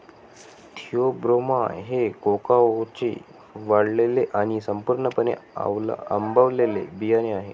Theobroma हे कोकाओचे वाळलेले आणि पूर्णपणे आंबवलेले बियाणे आहे